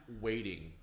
waiting